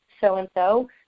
so-and-so